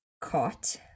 caught